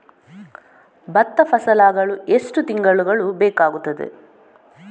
ಭತ್ತ ಫಸಲಾಗಳು ಎಷ್ಟು ತಿಂಗಳುಗಳು ಬೇಕಾಗುತ್ತದೆ?